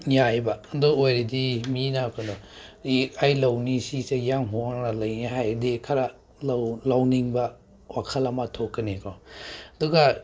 ꯌꯥꯏꯑꯕ ꯑꯗꯨ ꯑꯣꯏꯔꯗꯤ ꯃꯤꯅ ꯀꯩꯅꯣ ꯑꯩ ꯂꯧꯅꯤ ꯁꯤꯁꯦ ꯌꯥꯝ ꯍꯣꯡꯅ ꯂꯩꯅꯤ ꯍꯥꯏꯔꯗꯤ ꯈꯔ ꯂꯧꯅꯤꯡꯕ ꯋꯥꯈꯜ ꯑꯃ ꯊꯣꯛꯀꯅꯤꯀꯣ ꯑꯗꯨꯒ